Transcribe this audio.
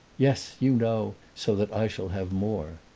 yes, you know so that i shall have more.